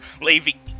leaving